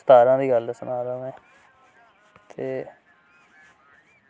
सतारां दी गल्ल सनाऽ दा में ते